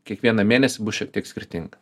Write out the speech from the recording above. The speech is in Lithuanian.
kiekvieną mėnesį bus šiek tiek skirtinga